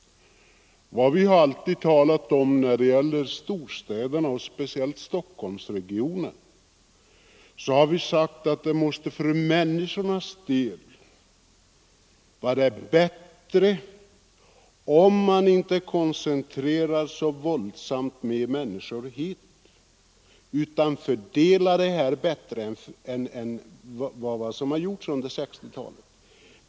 Vad vi har sagt om storstäderna, speciellt Stockholmsregionen, är att det för människornas del hade varit bättre om man inte koncentrerat så våldsamt mycket människor hit utan fördelat befolkningen bättre.